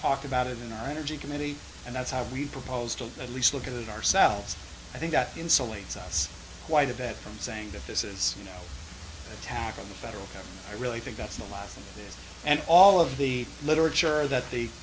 talk about it in our energy committee and that's how we propose to at least look at ourselves i think that insulates us quite a bit from saying that this is you know attack on the federal government i really think that's a lot of this and all of the literature that the